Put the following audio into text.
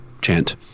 chant